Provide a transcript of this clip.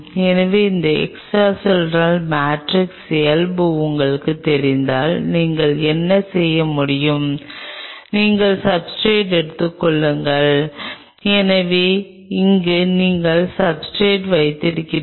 எனவே அந்த extra cellular matrix இயல்பு உங்களுக்குத் தெரிந்தால் நீங்கள் என்ன செய்ய முடியும் நீங்கள் சப்ஸ்ர்டேட் எடுத்துக் கொள்ளுங்கள் எனவே இங்கே நீங்கள் சப்ஸ்ர்டேட் வைத்திருக்கிறீர்கள்